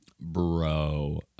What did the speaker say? Bro